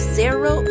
zero